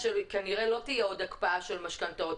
שכנראה לא תהיה עוד הקפאה של משכנתאות.